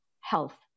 health